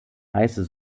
heiße